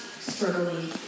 Struggling